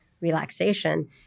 relaxation